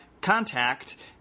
Contact